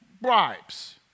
bribes